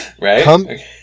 Right